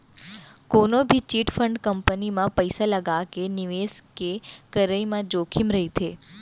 कोनो भी chit fund company म पइसा लगाके निवेस के करई म जोखिम रहिथे